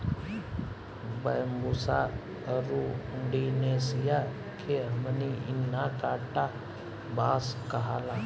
Bambusa arundinacea के हमनी इन्हा कांटा बांस कहाला